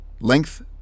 Length